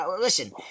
Listen